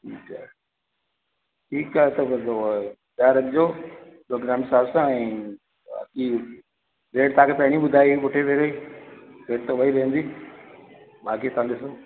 ठीकु आहे ठीकु आहे त मतिलब तयारु रहिजो प्रोग्राम हिसाब सां ऐं बाक़ी रेट तव्हांखे पहिरीं ॿुधायो हुयुमि उते वेहि रेट त उहेई रहंदी बाक़ी तव्हां ॾिसो